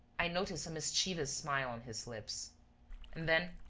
i noticed a mischievous smile on his lips and then,